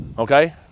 Okay